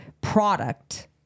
product